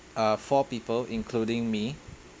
uh four people including me